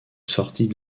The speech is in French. sortie